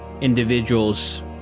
individuals